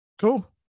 cool